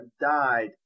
died